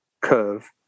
curve